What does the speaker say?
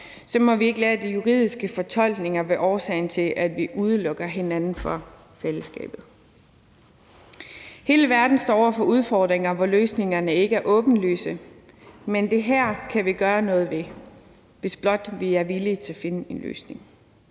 må vi ikke lade de juridiske fortolkninger være årsagen til, at vi udelukker hinanden fra fællesskabet. Hele verden står over for udfordringer, hvor løsningerne ikke er åbenlyse, men det her kan vi gøre noget ved, hvis blot vi er villige til at finde en løsning.